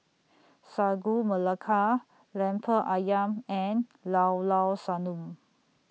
Sagu Melaka Lemper Ayam and Llao Llao Sanum